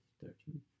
thirteen